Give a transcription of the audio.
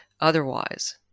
otherwise